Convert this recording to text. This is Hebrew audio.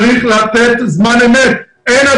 צריך לתת מענה